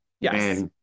Yes